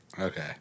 Okay